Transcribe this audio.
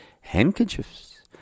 handkerchiefs